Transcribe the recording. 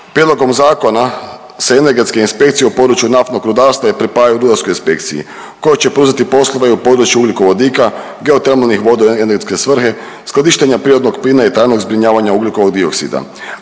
prijedlogom zakona se energetske inspekcije u području naftnog rudarstva pripajaju rudarskoj inspekciji koja će preuzeti poslove u području ugljikovodika, geotermalnih voda u energetske svrhe, skladištenja prirodnog plina i trajnog zbrinjavanja ugljikovog dioksida,